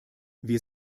wir